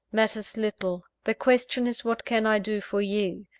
matters little the question is what can i do for you?